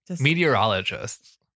Meteorologists